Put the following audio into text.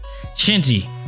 Shinji